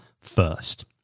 first